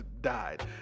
died